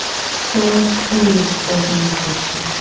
fair trade organization.